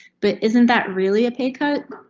but isn't that really a pay cut?